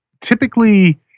typically